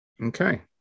Okay